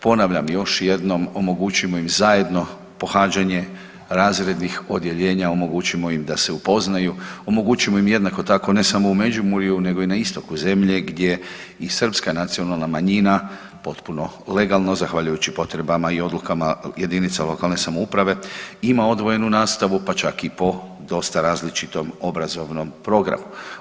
Ponavljam, još jednom, omogućimo im zajedno pohađanje razrednih odjeljenja, omogućimo im da se upoznaju, omogućimo im, jednako tako, ne samo u Međimurju, nego i na istoku zemlje gdje i srpska nacionalna manjina potpuno legalno, zahvaljujući potrebama i odlukama jedinica lokalne samouprave ima odvojenu nastavu, pa čak i po dosta različitim obrazovnom programu.